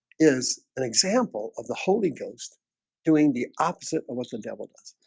is an example of the holy ghost doing the opposite of what the devil does?